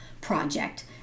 project